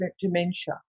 dementia